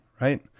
right